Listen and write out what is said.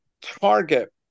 target